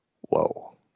Whoa